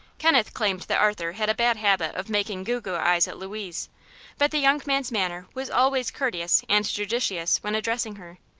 kenneth claimed that arthur had a bad habit of making goo-goo eyes at louise but the young man's manner was always courteous and judicious when addressing her,